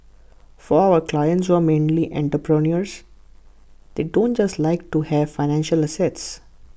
for our clients who are mainly entrepreneurs they don't just like to have financial assets